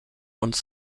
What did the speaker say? uns